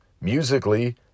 musically